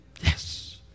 Yes